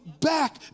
back